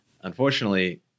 Unfortunately